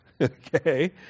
okay